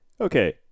Okay